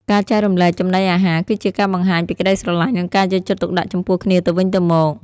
ការចែករំលែកចំណីអាហារគឺជាការបង្ហាញពីក្តីស្រឡាញ់និងការយកចិត្តទុកដាក់ចំពោះគ្នាទៅវិញទៅមក។